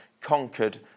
conquered